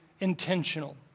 intentional